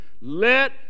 Let